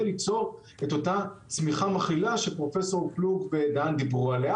ליצור את אותה צמיחה מכלילה שפרופ' פלוג ודהן דיברו עליה.